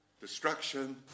destruction